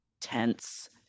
tense